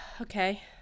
Okay